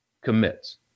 commits